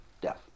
death